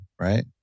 Right